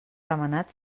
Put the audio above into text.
remenat